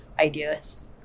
ideas